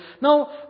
Now